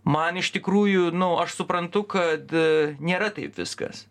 man iš tikrųjų nu aš suprantu kad nėra taip viskas